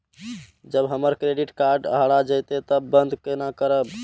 जब हमर credit card हरा जयते तब बंद केना करब?